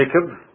Jacob